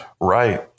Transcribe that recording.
Right